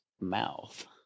mouth